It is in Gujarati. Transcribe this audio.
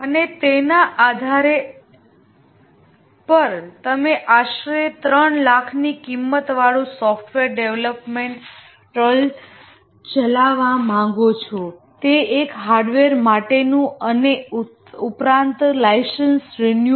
અને તેના પર તમે આશરે 300000 ની કિંમતવાળુ સોફ્ટવેર ડેવલપમેન્ટ ટૂલ ચલાવવા માંગો છો તે એક હાર્ડવેર માટેનું અને ઉપરાંત લાઇસન્સ રીન્યુઅલ